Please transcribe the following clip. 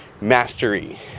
mastery